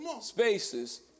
spaces